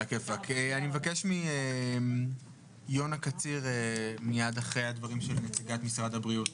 ואני מבקש מיונה קציר מיד אחרי הדברים של נציגת משרד הבריאות.